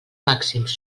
màxims